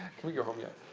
can we go home yet?